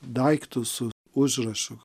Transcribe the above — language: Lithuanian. daiktus su užrašu